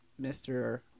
Mr